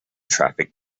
traffic